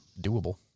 doable